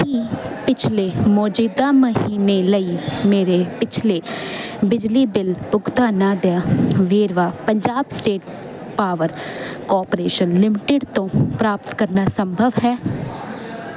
ਕੀ ਪਿਛਲੇ ਮੌਜੂਦਾ ਮਹੀਨੇ ਲਈ ਮੇਰੇ ਪਿਛਲੇ ਬਿਜਲੀ ਬਿੱਲ ਭੁਗਤਾਨਾਂ ਦਾ ਵੇਰਵਾ Punjab state power corporation limited ਤੋਂ ਪ੍ਰਾਪਤ ਕਰਨਾ ਸੰਭਵ ਹੈ